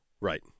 Right